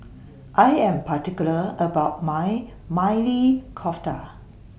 I Am particular about My Maili Kofta